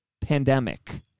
pandemic